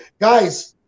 guys